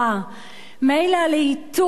מילא הלהיטות שלכם,